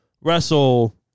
wrestle